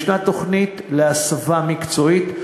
ישנה תוכנית להסבה מקצועית.